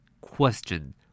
question